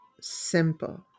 Simple